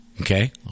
okay